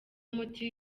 umuti